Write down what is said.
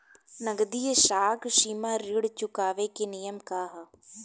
नगदी साख सीमा ऋण चुकावे के नियम का ह?